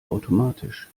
automatisch